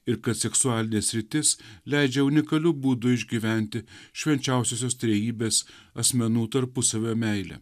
ir kad seksualinė sritis leidžia unikaliu būdu išgyventi švenčiausiosios trejybės asmenų tarpusavio meilę